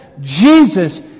Jesus